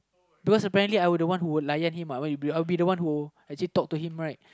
because apparently I would the one who would him I'll be the one who actually talk to him right